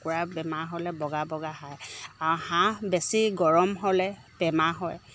কুকুৰা বেমাৰ হ'লে বগা বগা খায় আৰু হাঁহ বেছি গৰম হ'লে বেমাৰ হয়